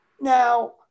now